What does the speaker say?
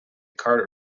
carter